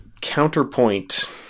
counterpoint